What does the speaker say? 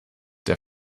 der